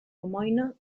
almoina